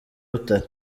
butare